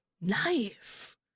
Nice